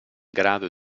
grado